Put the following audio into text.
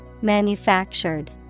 Manufactured